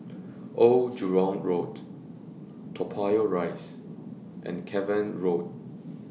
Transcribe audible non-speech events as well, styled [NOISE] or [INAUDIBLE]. [NOISE] Old Jurong Road Toa Payoh Rise and Cavan Road